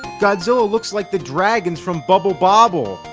godzilla looks like the dragons from bubble bobble!